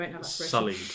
sullied